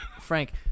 Frank